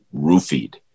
roofied